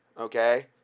okay